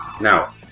Now